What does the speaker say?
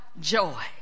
joy